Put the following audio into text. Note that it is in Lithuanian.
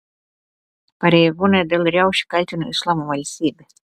pareigūnai dėl riaušių kaltino islamo valstybę